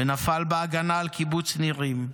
שנפל בהגנה על קיבוץ נירים,